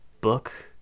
book